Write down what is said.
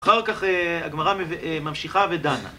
אחר כך הגמרא ממשיכה ודנה